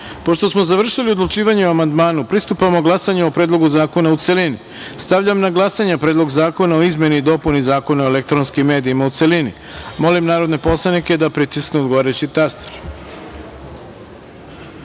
smo završili odlučivanje o amandmanu, pristupamo glasanju o Predlogu zakona u celini. Stavljam na glasanje Predlog zakona o izmeni i dopuni Zakona o elektronskim medijima, u celini. Molim poslanike da pritisnu odgovarajući